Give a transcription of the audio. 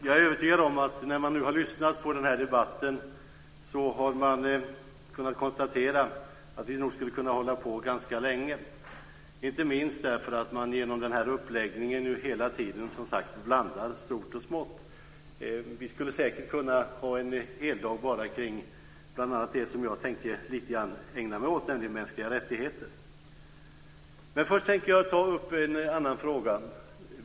Jag är övertygad om att man, om man har lyssnat på den här debatten, har kunnat konstatera att vi nog skulle kunna hålla på ganska länge, inte minst för att man genom den här uppläggningen nu hela tiden som sagt blandar stort och smått. Vi skulle säkert kunna ha en heldag bara kring bl.a. det som jag tänkte ägna mig lite grann åt, nämligen mänskliga rättigheter. Men först tänkte jag ta upp en annan fråga.